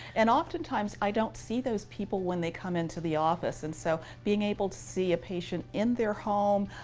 and, oftentimes, i don't see those people when they come into the office. and so being able to see a patient in their home,